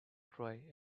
try